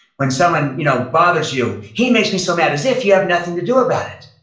when someone you know bothers you, he makes me so mad, as if you have nothing to do about it.